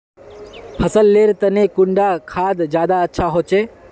फसल लेर तने कुंडा खाद ज्यादा अच्छा होचे?